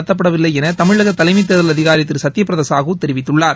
நடத்தப்படவில்லை என தமிழக தலைமைத் தேர்தல் அதிகாரி திரு சத்யப் பிரத சாஹூ தெரிவித்துள்ளார்